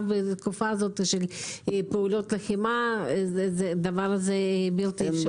בתקופה הזאת של פעולות לחימה זה בלתי אפשרי.